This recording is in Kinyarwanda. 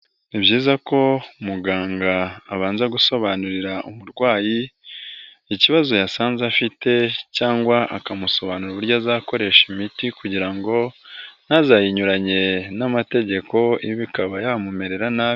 Ni byiza ko muganga abanza gusobanurira umurwayi ikibazo yasanze afite cyangwa akamusobanurira uburyo azakoresha imiti, kugira ngo ntazayinyuranye n'amategeko ikaba yamumerera nabi.